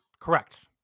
Correct